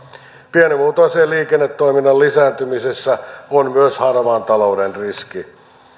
pienimuotoisen liikennetoiminnan lisääntymisessä on myös harmaan talouden riski